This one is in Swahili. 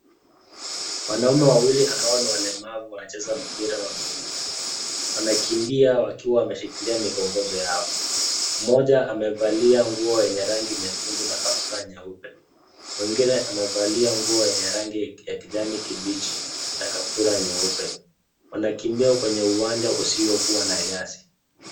Wanaume wawili ambao ni walemavu wanacheza mpira wa miguu. Wanakimbia wakiwa wameshikilia mikongojo yao, mmoja amevalia nguo yenye rangi nyekundu na kaptura nyeupe. Mwengine amevalia nguo yenye rangi ya kijani kibichi na kaptura nyeupe. Wanakimbia kwenye uwanja usiokuwa na nyasi.